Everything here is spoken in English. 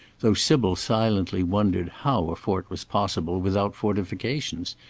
though sybil silently wondered how a fort was possible without fortifications,